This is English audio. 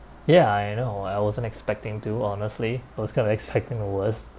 ya I know I wasn't expecting to honestly I was kind of expecting the worst